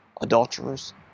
Adulterers